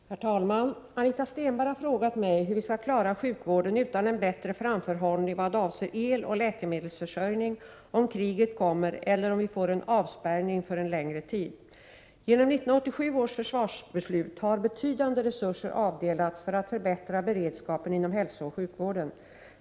Herr talman! Anita Stenberg har frågat mig hur vi skall klara sjukvården utan en bättre framförhållning vad avser eloch läkemedelsförsörjning om kriget kommer eller om vi får en avspärrning en längre tid. Genom 1987 års försvarsbeslut har betydande resurser avdelats för att förbättra beredskapen inom hälsooch sjukvården.